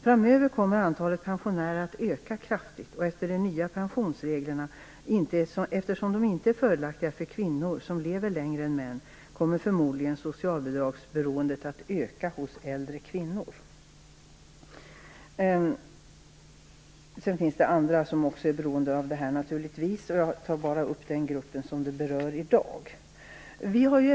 Framöver kommer antalet pensionärer att öka kraftigt, och eftersom de nya pensionsreglerna inte är fördelaktiga för kvinnor, som lever längre än män, kommer förmodligen socialbidragsberoendet att öka bland äldre kvinnor. Det finns naturligtvis också andra som är beroende av socialbidrag, men jag tar nu bara upp den grupp som interpellationen handlar om.